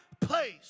place